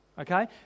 okay